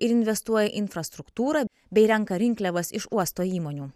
ir investuoja į infrastruktūrą bei renka rinkliavas iš uosto įmonių